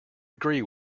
agree